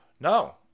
No